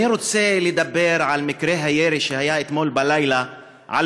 אני רוצה לדבר על מקרה הירי שהיה אתמול בלילה על